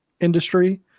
industry